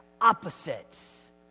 opposites